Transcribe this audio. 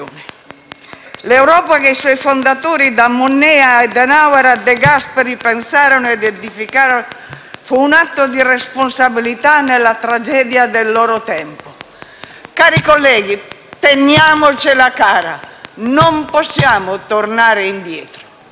L'Europa che i suoi fondatori (da Monnet, ad Adenauer e De Gasperi) pensarono ed edificarono fu un atto di responsabilità nella tragedia del loro tempo. Cari colleghi, teniamocela cara, non possiamo tornare indietro.